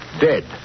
dead